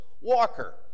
walker